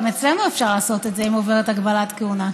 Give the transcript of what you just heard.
גם אצלנו אפשר לעשות את זה אם עוברת הגבלת כהונה.